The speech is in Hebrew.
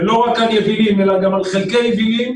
ולא רק על יבילים אלא גם על חלקי יבילים,